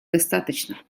достаточно